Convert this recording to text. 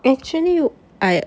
actually you I